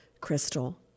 Crystal